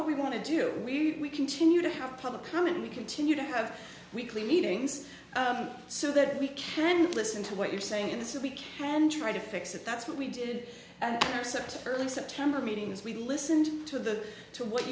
what we want to do we continue to have public comment we continue to have weekly meetings so that we can listen to what you're saying in this if we can try to fix it that's what we did and accept early september meetings we listened to the two what